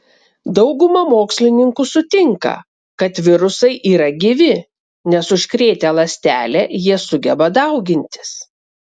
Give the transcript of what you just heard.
dauguma mokslininkų sutinka kad virusai yra gyvi nes užkrėtę ląstelę jie sugeba daugintis